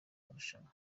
marushanwa